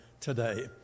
today